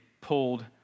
pulled